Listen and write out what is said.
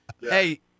Hey